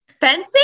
fencing